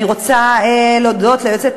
אני רוצה להודות ליועצת